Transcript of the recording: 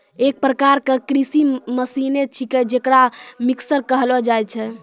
एक प्रकार क कृषि मसीने छिकै जेकरा मिक्सर कहलो जाय छै